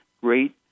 great